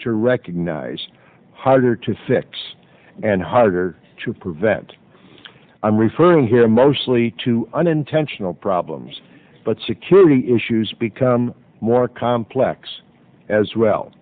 to recognize harder to fix and harder to prevent i'm referring him mostly to unintentional problems but security issues become more complex as well